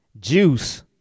juice